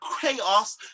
chaos